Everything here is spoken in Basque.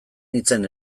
nintzen